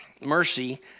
Mercy